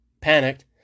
Panicked